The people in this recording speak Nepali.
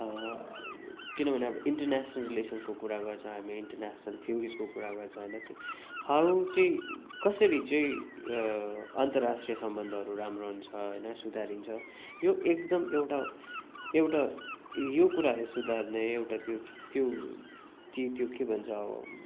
किनभने अब इन्टरन्यासनल रिलेसनको कुरा गर्छ हामी इन्टरन्यासनल थियोरीजको कुरा गर्छ होइन हौ चाहिँ कसरी चाहिँ अन्तराष्ट्रिय सम्बन्धहरू राम्रो हुन्छ होइन सुधारिन्छ यो एकदम एउटा एउटा यो कुराहरू सुधार्ने एउटा त्यो त्यो ती त्यो के भन्छ हौ